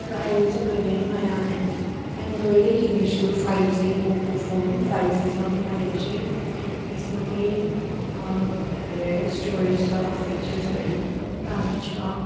र अहिले चाहिँ मैले नयाँ एन एन्ड्रइडै किनेको छु five G Oppo phone five G छ अहिले चाहिँ यसमा चाहिँ धेरै स्टोरेज छ फिचर्सहरू एकदम दामी छ